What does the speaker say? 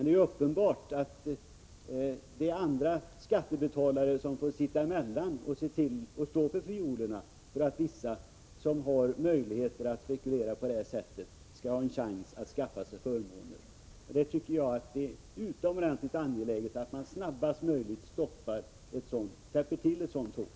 Det är uppenbart att det är andra skattebetalare som får sitta emellan och stå för fiolerna, när de som har möjlighet att spekulera på detta sätt skaffar sig förmåner. Jag tycker att det är utomordentligt angeläget att man snabbast möjligt täpper till ett sådant hål.